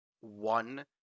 one